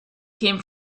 came